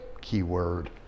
Keyword